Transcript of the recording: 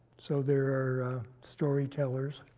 so there are storytellers,